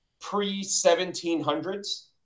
pre-1700s